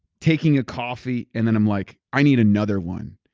taking a coffee and then i'm like, i need another one,